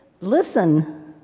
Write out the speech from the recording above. Listen